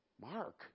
Mark